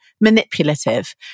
manipulative